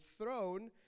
throne